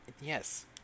Yes